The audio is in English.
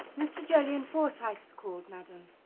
mr. jolyon forsyte has called madame.